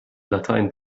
latein